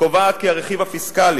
קובעת כי הרכיב הפיסקלי